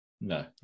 No